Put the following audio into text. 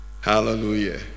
Hallelujah